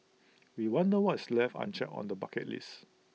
we wonder what is left unchecked on the bucket list